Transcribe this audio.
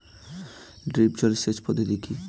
Drip জল সেচ পদ্ধতি কি?